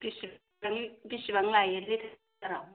बिसिबां लायो लिटार आव